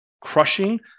crushing